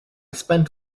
spent